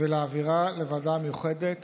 ולהעבירה לוועדה המיוחדת